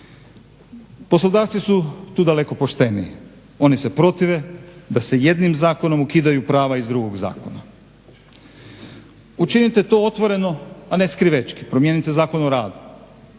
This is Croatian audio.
Poslodavci su tu daleko pošteniji. Oni se protive da se jednim zakonom ukidaju prava iz drugog zakona. Učinite to otvoreno, a ne skrivečki. Promijenite Zakon o radu,